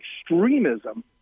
extremism